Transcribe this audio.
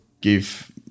give